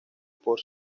por